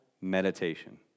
meditation